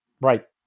Right